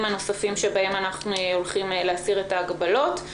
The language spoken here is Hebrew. הנוספים שבהם אנחנו הולכים להסיר את ההגבלות.